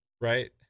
right